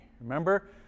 Remember